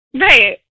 right